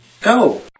Go